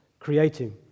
creating